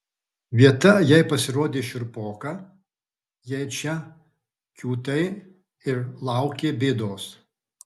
vieta jai pasirodė šiurpoka jei čia kiūtai ir lauki bėdos